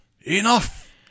Enough